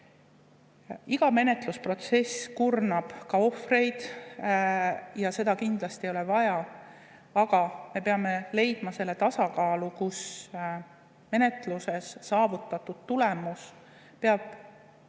Iga menetlusprotsess kurnab ka ohvreid ja seda kindlasti ei ole vaja. Samas peame leidma tasakaalu, kus menetluses saavutatud tulemus on